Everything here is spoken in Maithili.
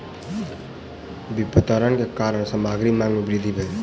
विपरण के कारण सामग्री मांग में वृद्धि भेल